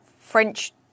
French